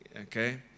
Okay